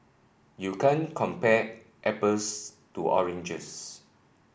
you can't compare apples to oranges